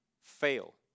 fail